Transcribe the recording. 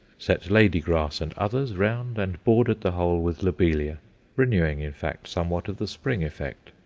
set lady-grass and others round, and bordered the whole with lobelia renewing, in fact, somewhat of the spring effect.